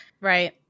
Right